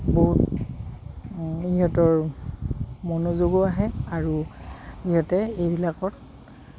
বহুত ইহঁতৰ মনোযোগো আহে আৰু ইহঁতে এইবিলাকৰ